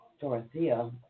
Dorothea